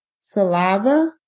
saliva